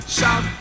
Shout